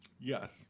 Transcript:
Yes